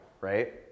right